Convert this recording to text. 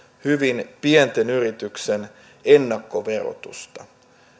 hyvin pienten yritysten ennakkoverotusta